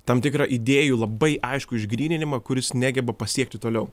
tam tikrą idėjų labai aiškų išgryninimą kuris negeba pasiekti toliau